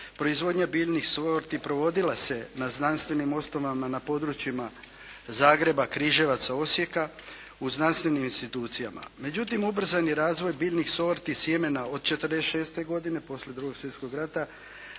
proizvodnja biljnih sorti provodila se na znanstvenim osnovama na područjima Zagreba, Križevaca, Osijeka u znanstvenim institucijama. Međutim, ubrzan je razvoj biljnih sorti sjemena od 46. godine poslije drugog svjetskog rata.